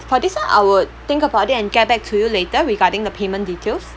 for this one I would think about it and get back to you later regarding the payment details